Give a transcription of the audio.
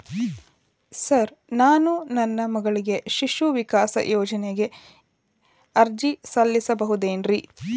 Sir ನಾನು ನನ್ನ ಮಗಳಿಗೆ ಶಿಶು ವಿಕಾಸ್ ಯೋಜನೆಗೆ ಅರ್ಜಿ ಸಲ್ಲಿಸಬಹುದೇನ್ರಿ?